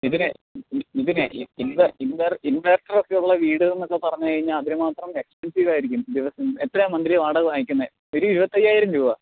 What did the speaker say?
മിഥുനേ മിഥുനേ ഇൻവെ ഇൻവെ ഇൻവേർട്ടർ ഒക്കെയുള്ള വീട് എന്നൊക്കെ പറഞ്ഞുകഴിഞ്ഞാൽ അതിനുമാത്രം എക്സ്പെൻസീവ് ആയിരിക്കും ഇത് എത്രയാണ് മന്ത്ലി വാടക വാങ്ങിക്കുന്നത് വെറും ഇരുപത്തയ്യായിരം രൂപ